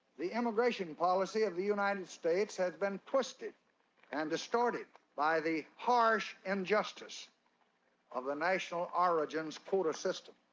the immigration policy of the united states has been twisted and distorted by the harsh injustice of the national origins quota system.